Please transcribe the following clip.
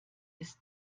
ist